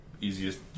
easiest